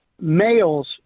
males